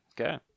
Okay